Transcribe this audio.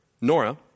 Nora